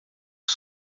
que